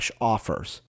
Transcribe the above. offers